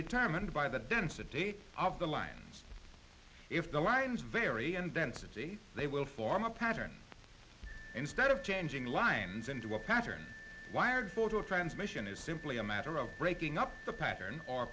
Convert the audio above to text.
determined by the density of the lines if the lines vary in density they will form a pattern instead of changing lines into a pattern wired for to a transmission is simply a matter of breaking up the pattern